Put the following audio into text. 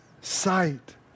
sight